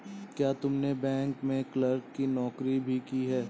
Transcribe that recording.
क्या तुमने बैंक में क्लर्क की नौकरी भी की है?